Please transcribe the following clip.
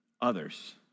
others